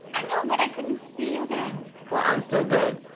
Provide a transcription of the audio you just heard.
i know, but i couldn't see you then. well, i'm still good.